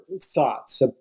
thoughts